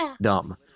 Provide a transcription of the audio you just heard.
dumb